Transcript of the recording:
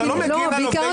אתה לא מגן על עובדי ציבור,